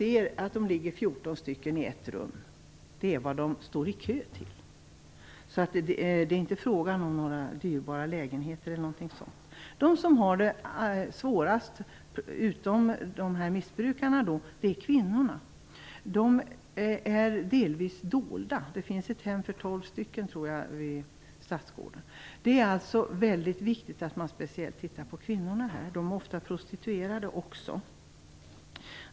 De ligger 14 stycken i ett rum. Det är vad de står i kö för. Det är således inte fråga om några kostsamma lägenheter. De som har det svårast, förutom missbrukarna, är kvinnorna. De är delvis dolda. Vid Stadsgården finns ett hem för ungefär tolv kvinnor. Det är alltså mycket viktigt att man speciellt ser över kvinnornas situation. De är också ofta prostituerade.